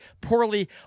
poorly